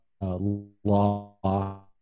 law